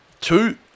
two